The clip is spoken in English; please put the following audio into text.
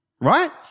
Right